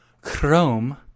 Chrome